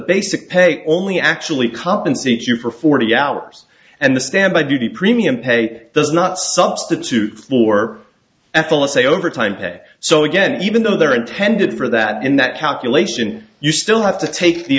basic pay only actually compensate you for forty hours and the standby duty premium pay does not substitute for ethyl a say overtime pay so again even though they are intended for that in that calculation you still have to take the